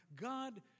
God